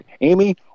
Amy